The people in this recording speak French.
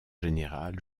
général